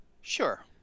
Sure